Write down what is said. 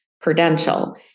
Prudential